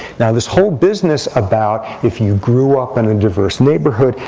now, this whole business about if you grew up in a diverse neighborhood,